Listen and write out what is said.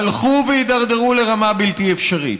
הלכו והידרדרו לרמה בלתי אפשרית.